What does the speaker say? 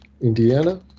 Indiana